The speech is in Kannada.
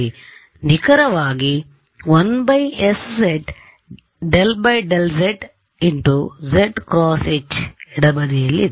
ನಿಖರವಾಗಿ 1sz ∂∂z zˆ × H ಎಡ ಬದಿಯಲ್ಲಿದೆ